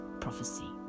prophecy